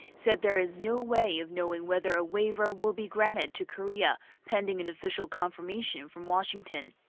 said there is no way of knowing whether a waiver will be granted to korea. pending an official confirmation from washington.